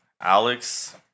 Alex